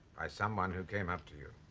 by someone who came up to you.